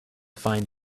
find